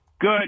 Good